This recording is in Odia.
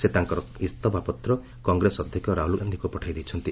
ସେ ତାଙ୍କର ଇସ୍ତଫାପତ୍ର କଂଗ୍ରେସ ଅଧ୍ୟକ୍ଷ ରାହୁଳ ଗାନ୍ଧିଙ୍କୁ ପଠାଇ ଦେଇଛନ୍ତି